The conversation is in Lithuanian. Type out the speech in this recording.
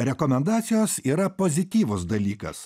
rekomendacijos yra pozityvus dalykas